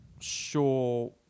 Sure